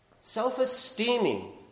Self-esteeming